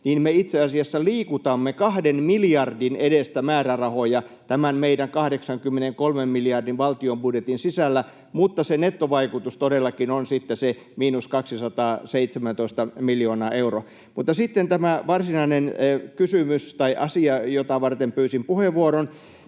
niin me itse asiassa liikutamme kahden miljardin edestä määrärahoja tämän meidän 83 miljardin valtion budjetin sisällä, mutta se nettovaikutus todellakin on sitten miinus 217 miljoonaa euroa. Mutta sitten tämä varsinainen kysymys tai asia, jota varten pyysin puheenvuoron.